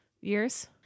years